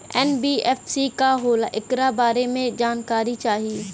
NBFC का होला ऐकरा बारे मे जानकारी चाही?